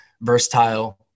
versatile